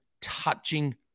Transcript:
touching